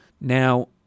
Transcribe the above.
Now